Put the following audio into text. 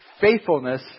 faithfulness